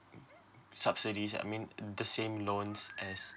subsidies I mean the same loans as